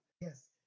Yes